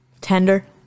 Tender